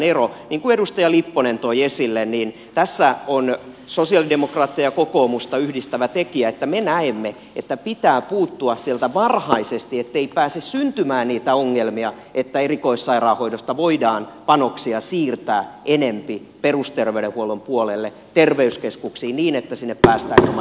niin kuin edustaja lipponen toi esille tässä on sosialidemokraatteja ja kokoomusta yhdistävä tekijä että me näemme että pitää puuttua varhaisesti ettei pääse syntymään ongelmia että erikoissairaanhoidosta voidaan panoksia siirtää enempi perusterveydenhuollon puolelle terveyskeskuksiin niin että sinne päästään jonottamatta